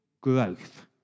growth